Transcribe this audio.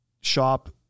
shop